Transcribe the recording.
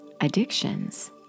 addictions